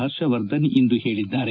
ಹರ್ಷವರ್ದನ್ ಇಂದು ಹೇಳಿದ್ದಾರೆ